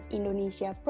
Indonesia